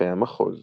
קלפי המחוז